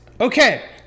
Okay